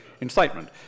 incitement